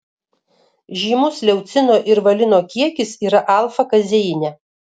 žymus leucino ir valino kiekis yra alfa kazeine